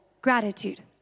gratitude